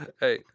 Hey